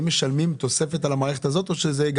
האם משלמים תוספת על המערכת הזאת או שזה גם